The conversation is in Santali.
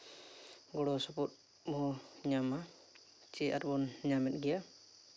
ᱜᱚᱲᱚ ᱥᱚᱯᱚᱦᱚᱫ ᱵᱚᱱ ᱧᱟᱢᱟ ᱪᱮ ᱟᱨᱵᱚᱱ ᱧᱟᱢᱮᱫ ᱜᱮᱭᱟ